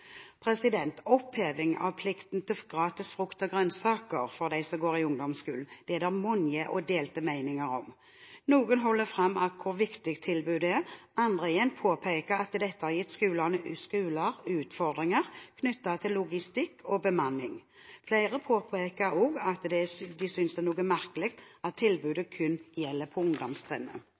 yrkesutdanningen. Oppheving av plikten til gratis frukt og grønnsaker for dem som går i ungdomsskolen, er det mange og delte meninger om. Noen holder fram hvor viktig tilbudet er, mens andre igjen påpeker at dette har gitt skolene utfordringer knyttet til logistikk og bemanning. Flere påpeker også at det synes noe merkelig at tilbudet kun gjelder på